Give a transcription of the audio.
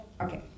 Okay